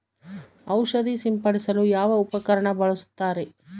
ಔಷಧಿ ಸಿಂಪಡಿಸಲು ಯಾವ ಉಪಕರಣ ಬಳಸುತ್ತಾರೆ?